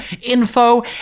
info